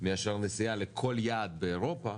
מאשר נסיעה לכל יעד באירופה